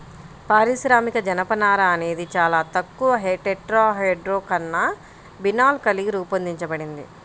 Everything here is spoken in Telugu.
పారిశ్రామిక జనపనార అనేది చాలా తక్కువ టెట్రాహైడ్రోకాన్నబినాల్ కలిగి రూపొందించబడింది